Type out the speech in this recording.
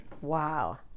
Wow